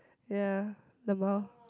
ya lmao